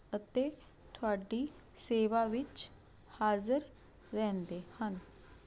ਅਤੇ ਤੁਹਾਡੀ ਸੇਵਾ ਵਿੱਚ ਹਾਜ਼ਰ ਰਹਿੰਦੇ ਹਨ